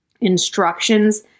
instructions